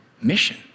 mission